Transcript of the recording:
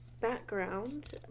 background